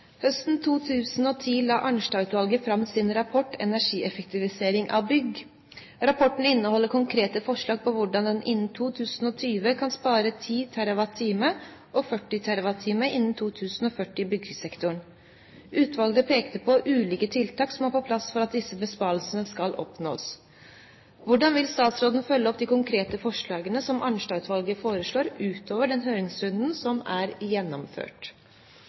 40 TWh innen 2040 i byggsektoren. Utvalget peker på ulike tiltak som må på plass for at disse besparelsene skal oppnås. Hvordan vil statsråden følge opp de konkrete forslagene som Arnstad-utvalget foreslår utover den høringsrunden som er gjennomført?»